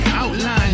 outline